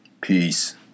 Peace